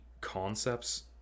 concepts